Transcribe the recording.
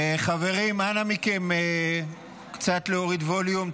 חברים, אנא מכם, קצת להוריד ווליום.